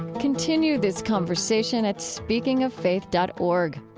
continue this conversation at speakingoffaith dot org.